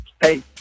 hey